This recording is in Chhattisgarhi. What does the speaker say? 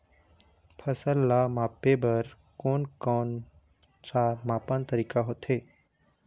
फसल ला मापे बार कोन कौन सा मापन तरीका होथे?